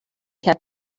had